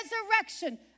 resurrection